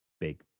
big